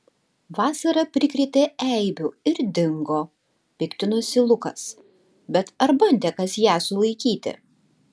vasara prikrėtė eibių ir dingo piktinosi lukas bet ar bandė kas ją sulaikyti